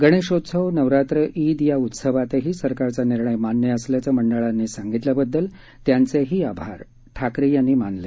गणेशोत्सव नवरात्र ईद या उत्सवातही सरकारचा निर्णय मान्य असल्याचं मंडळांनी सांगितल्याबद्दल त्यांचेही आभार ठाकरे यांनी मानले